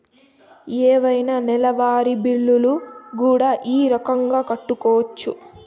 ఏవైనా నెలవారి బిల్లులు కూడా ఈ రకంగా కట్టొచ్చు